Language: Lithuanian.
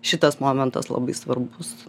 šitas momentas labai svarbus